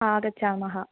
आगच्छामः